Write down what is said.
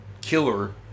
killer